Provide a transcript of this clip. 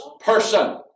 person